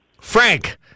Frank